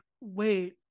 wait